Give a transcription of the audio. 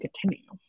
continue